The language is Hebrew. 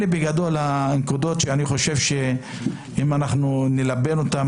אלה בגדול הנקודות, שאני חושב שאם נלבן אותן,